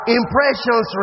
impressions